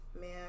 man